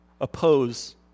oppose